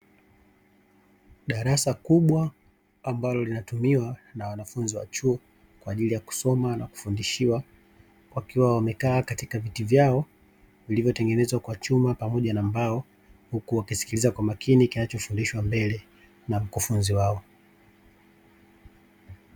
Darasa kubwa ambalo linatumiwa na wanafunzi wa chuo kwa ajili ya kusoma na kufundishiwa, wakiwamekaa katika viti vyao vilivyo tengenezwa kwa chuma pamoja na mbao, huku wakisikiliza kwa umakini kinachofundishwa mbele na mkufunzi wao.